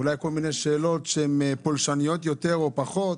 אולי כל מיני שאלות שהן פולשניות יותר או פחות.